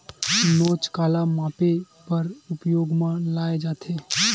नोच काला मापे बर उपयोग म लाये जाथे?